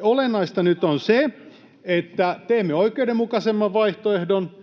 Olennaista nyt on se, että teemme oikeudenmukaisemman vaihtoehdon,